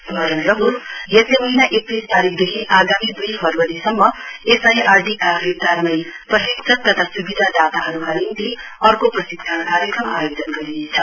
स्मरण रहोस यसै महीना एकतीस तारीकदेखि आगामी दुई फरवरी सम्म एसआईआरडी कारफेक्टारमै प्रशिक्षक तथा सुविधादाताहरुका निम्ति अर्कौ प्रशिक्षण कार्यक्रम आयोजन गरिनेछ